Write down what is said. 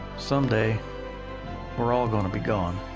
someday we're all gonna be gone.